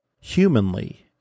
humanly